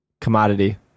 commodity